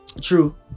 true